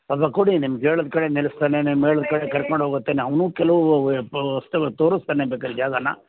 ಅದು ಕೊಡಿ ನಿಮ್ಗೆ ಹೇಳಿದ ಕಡೆ ನಿಲ್ಸ್ತಾನೆ ನಿಮಗೆ ಹೇಳಿದ ಕರ್ಕೊಂಡು ಹೋಗುತ್ತೆ ಅವನು ಕೆಲವು ವಸ್ತುಗಳು ತೋರಿಸ್ತಾನೆ ಬೇಕಾರೆ ಜಾಗನಾ